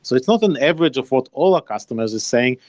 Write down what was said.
so it's not an average of what all our customers is saying,